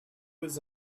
was